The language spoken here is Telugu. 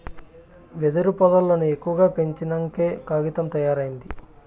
వెదురు పొదల్లను ఎక్కువగా పెంచినంకే కాగితం తయారైంది